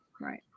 Right